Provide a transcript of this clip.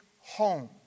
home